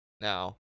now